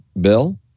bill